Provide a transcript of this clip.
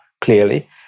clearly